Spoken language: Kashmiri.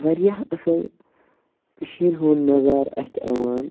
واریاہ اَصٕل کٔشیٖرِ ہُنٛد نظارٕ اَتھِ یِوان